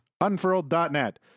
unfurled.net